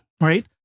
right